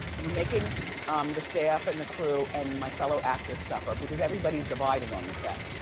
we're making um the staff and the crew and my fellow actors suffer. because everybody's divided on the set.